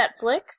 Netflix